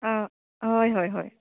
हय हय हय